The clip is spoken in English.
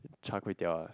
char-kway-teow ah